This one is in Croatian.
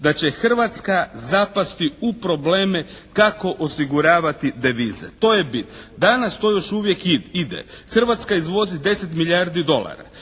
da će Hrvatska zapasti u probleme kako osiguravati devize. To je bit. Danas to još uvijek ide. Hrvatska izvozi 10 milijardi dolara.